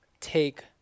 take